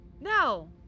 No